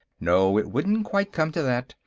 no. it wouldn't quite come to that.